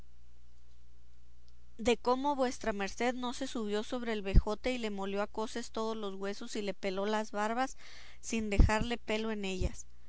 de cómo vuestra merced no se subió sobre el vejote y le molió a coces todos los huesos y le peló las barbas sin dejarle pelo en ellas